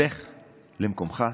לך למקומך.